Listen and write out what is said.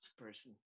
person